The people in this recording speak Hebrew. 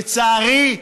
לצערי,